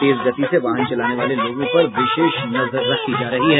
तेज गति से वाहन चलाने वाले लोगों पर विशेष नजर रखी जा रही है